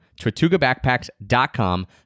tortugabackpacks.com